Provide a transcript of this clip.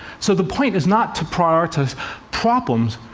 so the point is not to prioritize problems,